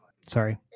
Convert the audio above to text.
Sorry